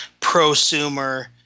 prosumer